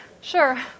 Sure